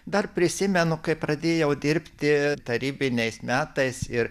dar prisimenu kai pradėjau dirbti tarybiniais metais ir